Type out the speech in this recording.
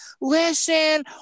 Listen